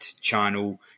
channel